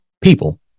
people